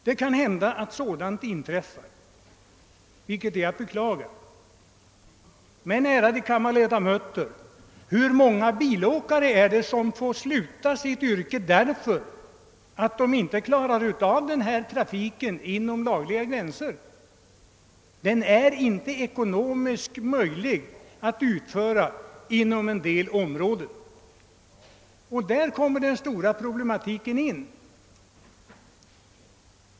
Det kan hända att sådant inträffar, vilket är att beklaga, men, ärade kammarledamöter, hur många åkare är det inte som får upphöra med sin verksamhet därför att de inte klarar av denna trafik inom lagens gränser? Den är inte ekonomiskt möjlig att bedriva inom en del områden. Där kommer den stora problematiken in.